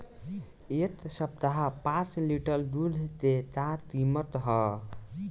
एह सप्ताह पाँच लीटर दुध के का किमत ह?